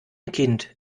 kind